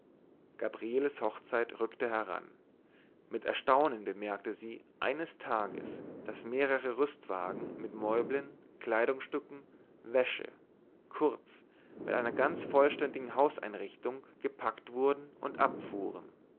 gabrieles hochzeit rückte heran mit erstaunen bemerkte sie eines tages daß mehrere rüstwagen mit meublen kleidungsstücken wäsche kurz mit einer ganz vollständigen hauseinrichtung bepackt wurden und abfuhren